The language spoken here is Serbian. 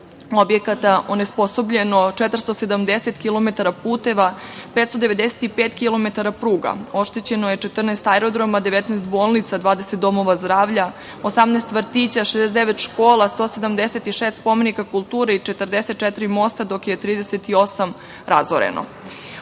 objekata, onesposobljeno 470 km puteva, 595 km pruga, oštećeno je 14 aerodroma, 19 bolnica, 20 domova zdravlja, 18 vrtića, 69 škola, 176 spomenika kulture i 44 mosta, dok je 38 razoreno. Ovaj